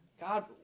God